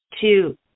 two